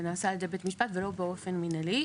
זה נעשה על ידי בית משפט ולא באופן מנהלי.